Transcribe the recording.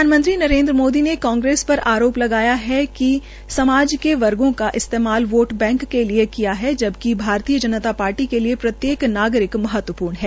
प्रधानमंत्री नरेन्द्र मोदी ने कांग्रेस पर आरोप लगाया है कि उसने समाज के वर्गों का इस्तेमाल वोट बैंक के लिए किया है जबकि भारतीय जनता पार्टी के लिए प्रत्येक नागरिक महत्वपूर्ण है